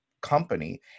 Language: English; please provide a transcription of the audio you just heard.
company